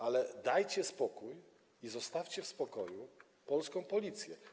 Ale dajcie spokój Policji, zostawcie w spokoju polską Policję.